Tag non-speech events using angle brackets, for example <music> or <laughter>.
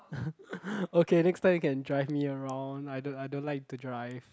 <laughs> okay next time you can drive me around I don't I don't like to drive